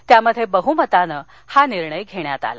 त्यामध्ये बहुमताने हा निर्णय घेण्यात आला